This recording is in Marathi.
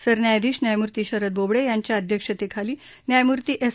सरन्यायाधीश न्यायमूर्ती शरद बोबडे यांच्या अध्यक्षतेखाली न्यायमूर्ती एस